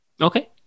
okay